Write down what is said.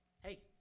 hey